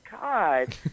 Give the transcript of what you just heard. God